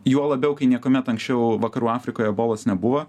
juo labiau kai niekuomet anksčiau vakarų afrikoje ebolos nebuvo